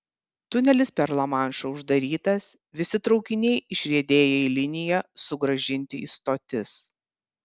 tunelis per lamanšą uždarytas visi traukiniai išriedėję į liniją sugrąžinti į stotis